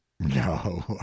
no